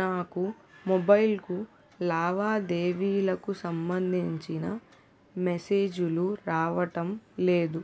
నాకు మొబైల్ కు లావాదేవీలకు సంబందించిన మేసేజిలు రావడం లేదు